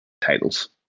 titles